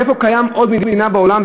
ואיפה קיימת עוד מדינה בעולם,